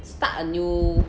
start a new